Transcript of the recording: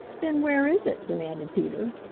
then where is it? demanded peter.